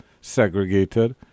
segregated